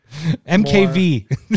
mkv